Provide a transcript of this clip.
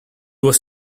was